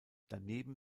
daneben